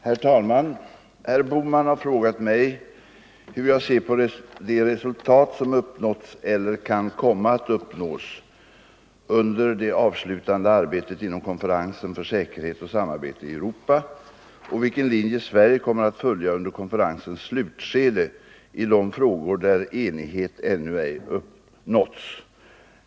Herr talman! Herr Bohman har frågat mig hur jag ser på de resultat som uppnåtts eller kan komma att uppnås under det avslutande arbetet inom konferensen för säkerhet och samarbete i Europa och vilken linje Sverige kommer att följa under konferensens slutskede i de frågor där enighet ännu ej nåtts.